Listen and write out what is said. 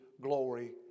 glory